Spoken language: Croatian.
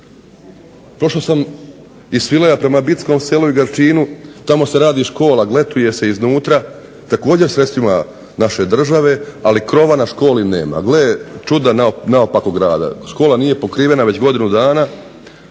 Prošao sam iz Svilaja prema Bitskom selu i Garčinu tamo se radi škola, gletuje se iznutra, također sredstvima naše države, ali krova na školi nema. Gle čuda naopakog rada. Škola nije pokrivena većinom